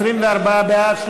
24 בעד,